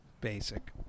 Basic